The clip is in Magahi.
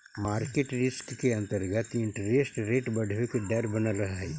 मार्केट रिस्क के अंतर्गत इंटरेस्ट रेट बढ़वे के डर बनल रहऽ हई